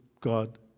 God